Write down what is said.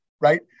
right